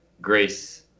grace